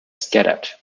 scattered